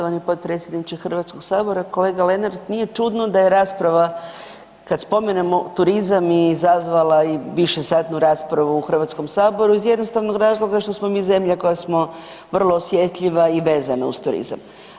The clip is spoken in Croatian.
Hvala lijepo poštovani potpredsjedniče Hrvatskog sabora, kolega Lenart nije čudno da je rasprava, kad spomenemo turizam izazvala i višesatnu raspravu u Hrvatskom saboru iz jednostavnog razloga što smo mi zemlja koja smo vrlo osjetljiva i vezana uz turizam.